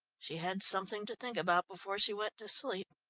she had something to think about before she went to sleep.